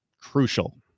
crucial